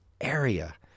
area